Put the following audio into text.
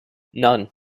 none